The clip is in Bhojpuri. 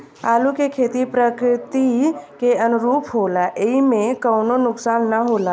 आलू के खेती प्रकृति के अनुरूप होला एइमे कवनो नुकसान ना होला